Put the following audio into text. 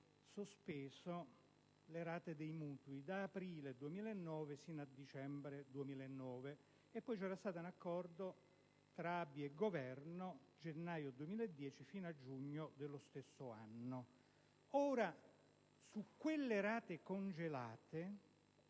sospeso le rate dei mutui da aprile 2009 sino a dicembre 2009 e poi - con un accordo tra ABI e Governo - da gennaio 2010 fino a giugno dello stesso anno. Su quelle rate congelate